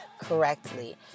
correctly